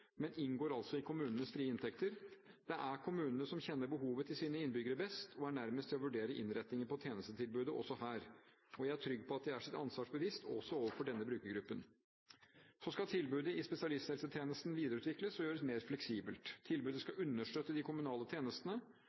men inngår altså i kommunenes frie inntekter. Det er kommunene som kjenner behovet til sine innbyggere best, og er nærmest til å vurdere innretningen på tjenestetilbudet, også her. Jeg er trygg på at de er seg sitt ansvar bevisst, også overfor denne brukergruppen. Tilbudet i spesialisthelsetjenesten skal videreutvikles og gjøres mer fleksibelt. Tilbudet skal understøtte de kommunale tjenestene.